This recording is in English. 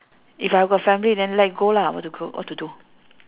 if I got family then let go lah what to go what to do